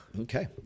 okay